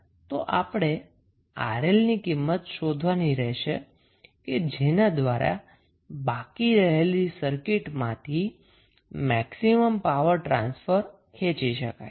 તો આપણે 𝑅𝐿 ની કિંમત શોધવાની રહેશે કે જેના દ્વારા બાકી રહેલી સર્કિટમાંથી મેક્સિમમ પાવર ટ્રાન્સફર ખેચી શકશે